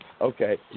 Okay